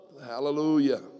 Hallelujah